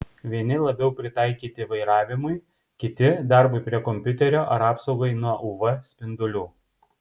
vieni labiau pritaikyti vairavimui kiti darbui prie kompiuterio ar apsaugai nuo uv spindulių